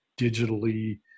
digitally